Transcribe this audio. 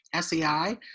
SEI